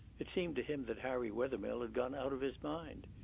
it seemed to him that harry wethermill had gone out of his mind.